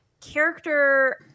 character